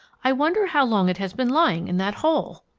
i wonder how long it has been lying in that hole?